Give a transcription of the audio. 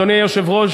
אדוני היושב-ראש,